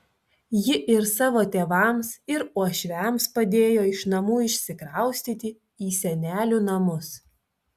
ji ir savo tėvams ir uošviams padėjo iš namų išsikraustyti į senelių namus